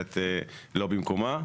שנראית לא במקומה,